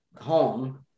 home